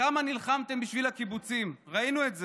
כמה נלחמתם בשביל הקיבוצים, ראינו את זה.